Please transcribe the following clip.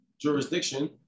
jurisdiction